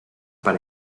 per